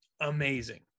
amazing